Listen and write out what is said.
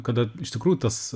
kada iš tikrųjų tas